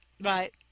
Right